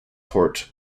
port